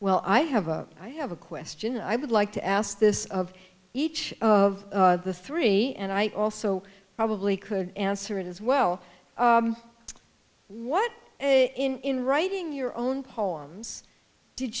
well i have a i have a question i would like to ask this of each of the three and i also probably could answer it as well what in writing your own poems did